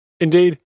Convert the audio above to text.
Indeed